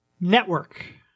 Network